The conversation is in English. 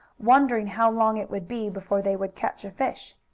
wondering how long it would be before they would catch a fish.